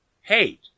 Hate